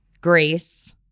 grace